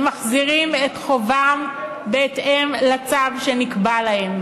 הם מחזירים את חובם בהתאם לצו שנקבע להם,